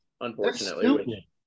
unfortunately